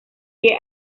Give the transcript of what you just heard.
que